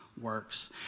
works